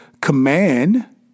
command